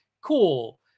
cool